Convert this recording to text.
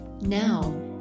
Now